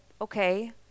okay